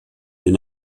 den